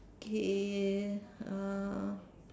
okay uh